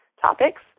topics